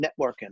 Networking